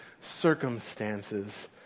circumstances